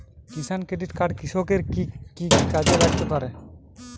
কিষান credit card কৃষকের কি কি কাজে লাগতে পারে?